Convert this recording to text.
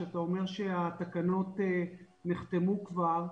שאתה אומר שהתקנות נחתמו כבר,